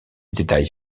détails